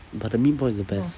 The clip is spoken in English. but the meatball is the best